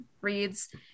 reads